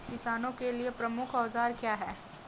किसानों के लिए प्रमुख औजार क्या हैं?